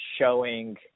showing